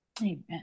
Amen